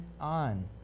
on